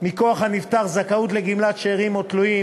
מכוח הנפטר זכאות לגמלת שאירים או תלויים.